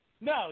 No